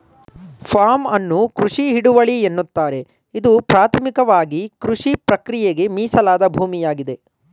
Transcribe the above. form ಅನ್ನು ಕೃಷಿ ಹಿಡುವಳಿ ಎನ್ನುತ್ತಾರೆ ಇದು ಪ್ರಾಥಮಿಕವಾಗಿಕೃಷಿಪ್ರಕ್ರಿಯೆಗೆ ಮೀಸಲಾದ ಭೂಮಿಯಾಗಿದೆ